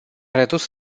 redus